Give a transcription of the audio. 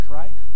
right